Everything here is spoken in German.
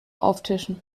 auftischen